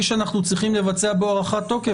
המרכזי שאנחנו צריכים לבצע בו הארכת תוקף